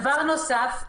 דבר נוסף,